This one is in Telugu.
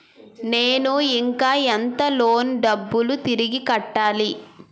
నేను ఇంకా ఎంత లోన్ డబ్బును తిరిగి కట్టాలి?